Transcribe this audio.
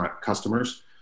customers